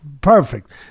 Perfect